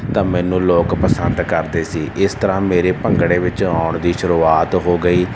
ਤਾਂ ਮੈਨੂੰ ਲੋਕ ਪਸੰਦ ਕਰਦੇ ਸੀ ਇਸ ਤਰ੍ਹਾਂ ਮੇਰੇ ਭੰਗੜੇ ਵਿੱਚ ਆਉਣ ਦੀ ਸ਼ੁਰੂਆਤ ਹੋ ਗਈ